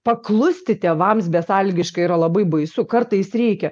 paklusti tėvams besąlygiškai yra labai baisu kartais reikia